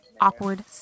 Awkward